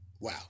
wow